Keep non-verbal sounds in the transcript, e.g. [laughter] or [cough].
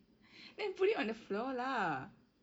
[breath] then put it on the floor lah